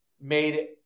made